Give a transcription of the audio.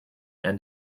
end